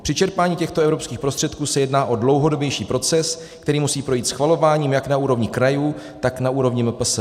Při čerpání těchto evropských prostředků se jedná o dlouhodobější proces, který musí projít schvalováním jak na úrovni krajů, tak i na úrovni MPSV.